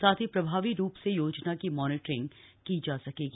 साथ ही प्रभावी रूप से योजना की मॉनिटरिंग की जा सकेगी